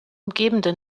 umgebende